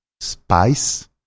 spice